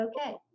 okay